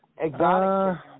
exotic